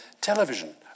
Television